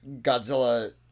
Godzilla